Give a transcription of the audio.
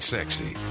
Sexy